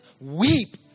weep